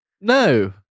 No